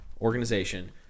organization